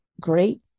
great